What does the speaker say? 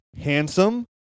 handsome